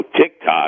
TikTok